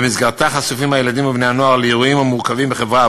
שבמסגרתה הילדים ובני-הנוער חשופים לאירועים מורכבים בחברה,